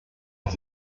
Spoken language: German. das